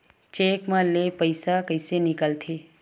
Cheque म ले पईसा कइसे निकलथे?